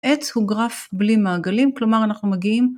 עץ הוא גרף, בלי מעגלים, כלומר אנחנו מגיעים